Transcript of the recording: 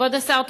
כבוד השר,